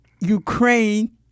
Ukraine